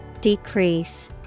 Decrease